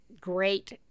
great